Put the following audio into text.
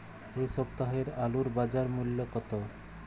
এ সপ্তাহের আলুর বাজার মূল্য কত?